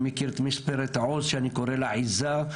אני מכיר את משטרת העוז שאני קורא לה עיזה.